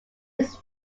its